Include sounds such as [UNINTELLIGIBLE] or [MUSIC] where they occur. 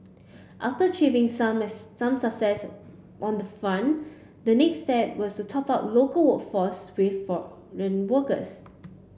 after achieving some as some success on that front the next step was to top up local workforce with [UNINTELLIGIBLE] workers